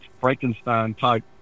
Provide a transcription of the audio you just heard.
Frankenstein-type